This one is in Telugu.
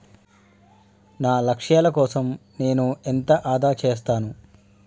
నా లక్ష్యాల కోసం నేను ఎంత ఆదా చేస్తాను?